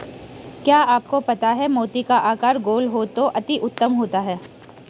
क्या आपको पता है मोती का आकार गोल हो तो अति उत्तम होता है